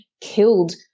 killed